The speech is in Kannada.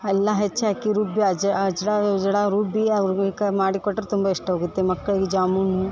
ಅಲ್ಲ ಹೆಚ್ಚಿ ಹಾಕಿ ರುಬ್ಬಿ ಅಜ ರುಬ್ಬಿ ಅವ್ರೆಕ ಮಾಡಿ ಕೊಟ್ರೆ ತುಂಬ ಇಷ್ಟವಾಗುತ್ತೆ ಮಕ್ಕಳಿಗೆ ಜಾಮೂನು